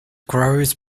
grows